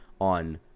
on